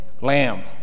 Lamb